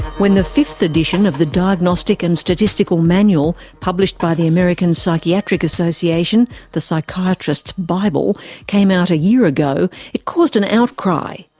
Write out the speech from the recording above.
when the fifth edition of the diagnostic and statistical manual, published by the american psychiatric association the psychiatrists' bible' came out a year ago it caused an outcry.